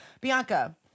Bianca